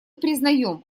признаем